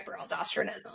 hyperaldosteronism